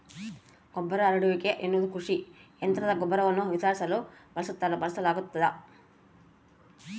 ಗೊಬ್ಬರ ಹರಡುವಿಕೆ ಎನ್ನುವುದು ಕೃಷಿ ಯಂತ್ರ ಗೊಬ್ಬರವನ್ನು ವಿತರಿಸಲು ಬಳಸಲಾಗ್ತದ